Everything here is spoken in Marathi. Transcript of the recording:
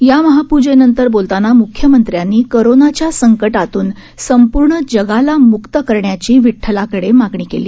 या महाप्जेनंतर बोलतांना मुख्यमंत्र्यांनी कोरोनाच्या संकटातून संपूर्ण जगाला म्क्त करण्याची विठ्ठलाकडे मागणी केली